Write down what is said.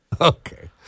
Okay